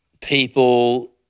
people